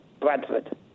Bradford